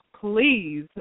please